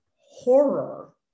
horror